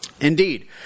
Indeed